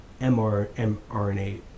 mRNA